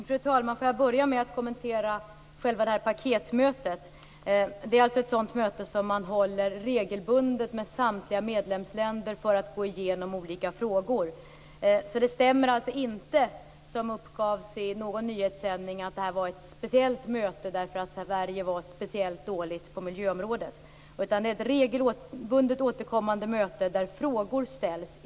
Fru talman! Får jag börja med att kommentera paketmötet. Det är alltså ett möte som man regelbundet håller med samtliga medlemsländer för att gå igenom olika frågor. Det stämmer alltså inte, som man uppgav i någon nyhetssändning, att detta var ett speciellt möte för att Sverige var särskilt dåligt på miljöområdet. Det är ett regelbundet återkommande möte där frågor ställs.